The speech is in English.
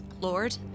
Lord